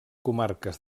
comarques